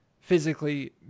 physically